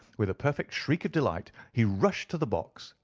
with a perfect shriek of delight he rushed to the box,